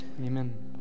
Amen